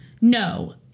No